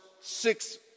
six